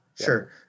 sure